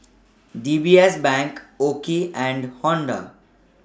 D B S Bank OKI and Honda